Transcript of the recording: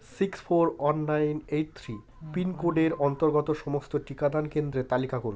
six four one nine eight three পিনকোডের অন্তর্গত সমস্ত টিকাদান কেন্দ্রের তালিকা করুন